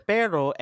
Pero